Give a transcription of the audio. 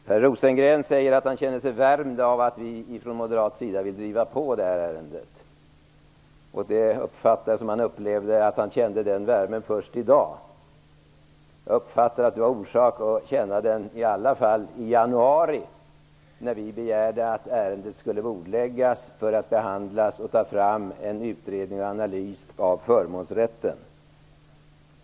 Herr talman! Per Rosengren säger att han känner sig värmd av att vi från moderat sida vill driva på det här ärendet. Jag uppfattar att han först i dag upplever den värmen. Jag menar dock att han hade haft orsak att känna den i varje fall i januari, när vi begärde att ärendet skulle bordläggas för framtagande av en utredning och analys av förmånsrätten.